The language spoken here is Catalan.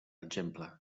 exemple